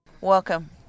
Welcome